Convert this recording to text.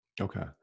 Okay